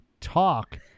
talk